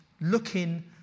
looking